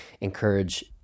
encourage